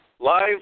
Live